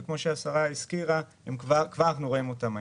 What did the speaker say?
וכפי שהשרה הזכירה כבר אנחנו רואים אותם היום.